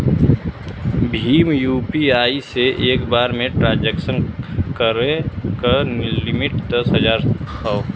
Bhim UPI से एक बार में ट्रांसक्शन करे क लिमिट दस हजार हौ